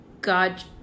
god